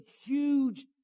huge